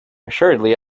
assuredly